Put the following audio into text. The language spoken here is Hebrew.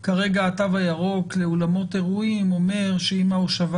כרגע התו הירוק לאולמות אירועים אומר שאם ההושבה